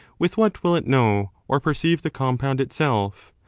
with what will it know or perceive the compound itself?